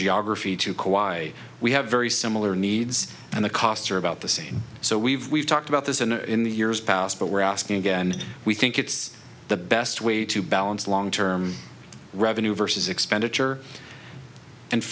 geography to co i we have very similar needs and the costs are about the same so we've talked about this in a in the years past but we're asking again we think it's the best way to balance long term revenue versus expenditure and